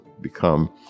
become